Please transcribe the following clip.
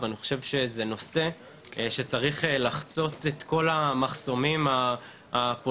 ואני חושב שזה נושא שצריך לחצות את כל המחסומים הפוליטיים,